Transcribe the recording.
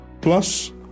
Plus